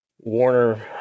Warner